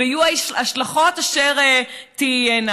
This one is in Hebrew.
ויהיו ההשלכות אשר יהיו.